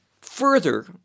further